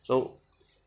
so